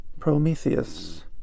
Prometheus